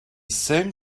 same